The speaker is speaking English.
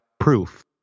proof